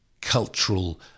cultural